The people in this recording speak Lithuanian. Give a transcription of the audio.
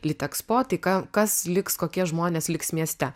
litexpo tai ką kas liks kokie žmonės liks mieste